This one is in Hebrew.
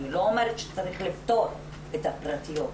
אני לא אומרת שצריך לפטור את הפרטיות,